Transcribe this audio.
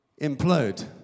implode